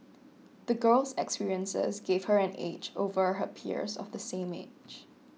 the girl's experiences gave her an edge over her peers of the same age